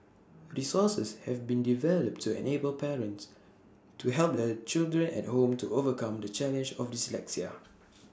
resources have been developed to enable parents to help their children at home to overcome the challenge of dyslexia